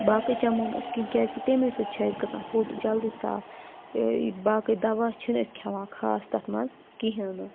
باقٕے چمو نہٕ أسۍ کِہیٖنۍ کیازکہِ تَمے سۭتۍ چھِ اَسہِ گژھان ہوٹ جلدی صاف باقٕے دَوا چھِ نہٕ أسۍ کھیٚوان خاص تَتھ منٛز کِہیٖنۍ نہٕ